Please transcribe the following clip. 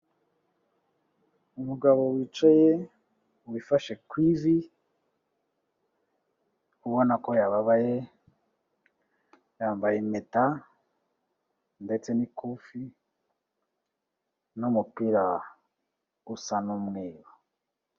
Umugabo wicaye, wifashe ku ivi, ubona ko yababaye, yambaye impeta ndetse n'ikufi n'umupira usa n'umweru.